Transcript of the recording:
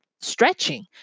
stretching